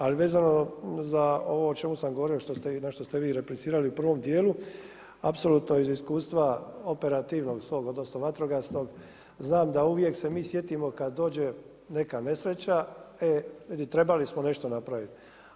Ali vezano za ovo o čemu sam govorio na što ste vi replicirali u prvom dijelu, apsolutno iz iskustva operativnog svog odnosno vatrogasnog znam da uvijek se mi sjetimo kada dođe neka nesreća, trebali smo nešto napraviti.